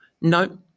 No